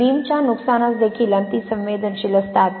ते बीमच्या नुकसानास देखील अतिसंवेदनशील असतात